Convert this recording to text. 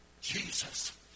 Jesus